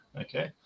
okay